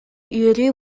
үөрүү